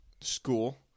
school